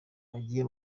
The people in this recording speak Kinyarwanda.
bagiye